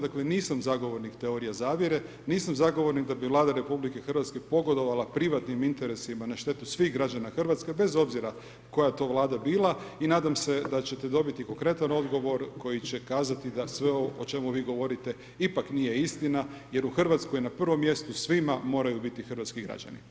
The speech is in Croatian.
Dakle, nisam zagovornik teorije zavjere, nisam zagovornik da bi Vlada RH pogodovala privatnim interesima na štetu svih građana Hrvatske bez obzira koja to Vlada bila i nadam se da ćete dobiti konkretan odgovor koji će kazati da sve ovo o čemu vi govorite ipak nije istina jer u Hrvatskoj na prvoj mjestu svima moraju biti hrvatski građani.